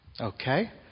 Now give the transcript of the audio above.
Okay